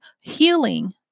healing